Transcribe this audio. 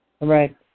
Right